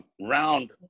round